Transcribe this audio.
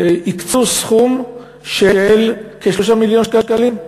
הקצו סכום של כ-3 מיליוני שקלים,